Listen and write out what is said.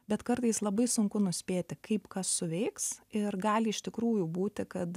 bet kartais labai sunku nuspėti kaip kas suveiks ir gali iš tikrųjų būti kad